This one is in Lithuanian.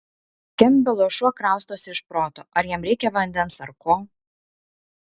kempbelo šuo kraustosi iš proto ar jam reikia vandens ar ko